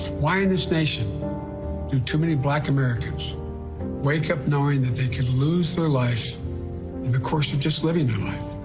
why in this nation do too many black americans wake up knowing they could lose their life in the course of just living their life.